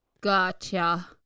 Gotcha